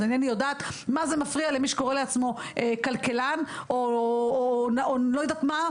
אז אינני יודעת מה זה מפריע למי שקורא לעצמו כלכלן או לא יודעת מה,